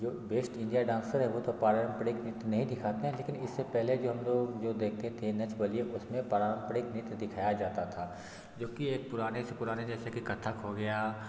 जो best India dancer है वह तो पारम्परिक नृत्य नहीं दिखाते हैं लेकिन इससे पहले हम लोग जो देखते थे नच बलिए उसमें पारम्परिक नृत्य दिखाया जाता था जोकि एक पुराने से पुराने जैसे की कथक हो गया